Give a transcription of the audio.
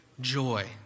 joy